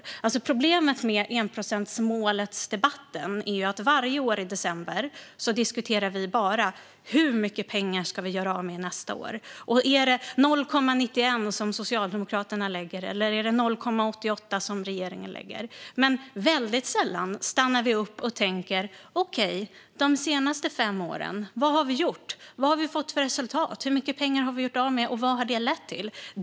Problemet med debatten kring enprocentsmålet är ju att vi varje år i december bara diskuterar hur mycket pengar vi ska göra av med nästa år: Är det 0,91 som Socialdemokraterna lägger, eller är det 0,88 som regeringen lägger? Väldigt sällan stannar vi upp och tänker: Vad har vi gjort de senaste fem åren? Vad har vi fått för resultat? Hur mycket pengar har vi gjort av med, och vad har det lett till?